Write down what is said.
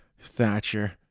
Thatcher